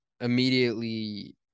immediately